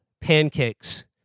pancakes